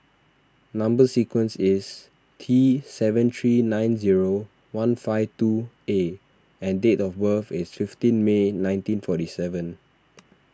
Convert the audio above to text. Number Sequence is T seven three nine zero one five two A and date of birth is fifteen May nineteen forty seven